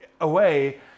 away